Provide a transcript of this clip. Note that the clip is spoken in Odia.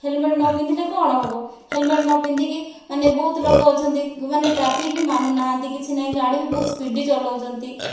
ହେଲମେଟ୍ ନ ପିନ୍ଧିଲେ କଣ ହେବ ହେଲମେଟ୍ ନ ପିନ୍ଧିକି ମାନେ ବହୁତ ଲୋକ ଅଛନ୍ତି ମାନେ ଟ୍ରାଫିକ ବି ମାନୁ ନାହାନ୍ତି କିଛି ନାହିଁ ଗାଡ଼ି ବି ବହୁତ ସ୍ପୀଡ଼ି ଚଲାଉଛନ୍ତି